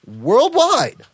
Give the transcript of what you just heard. worldwide